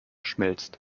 schmilzt